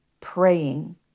praying